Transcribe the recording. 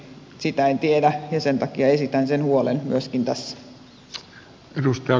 sitä en tiedä ja sen takia esitän sen huolen myöskin tässä